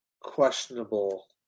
questionable